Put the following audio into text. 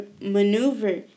maneuver